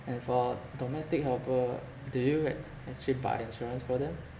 and for domestic helper do you act~ actually buy insurance for them